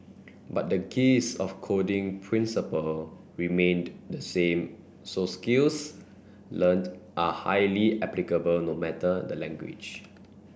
but the gist of coding principle remained the same so skills learnt are highly applicable no matter the language